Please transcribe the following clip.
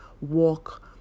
walk